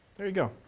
there you go.